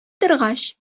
торгач